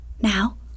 Now